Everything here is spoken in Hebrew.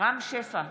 רם שפע,